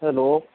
hello